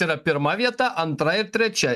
yra pirma vieta antra ir trečia